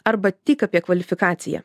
arba tik apie kvalifikaciją